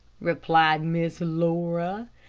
replied miss laura.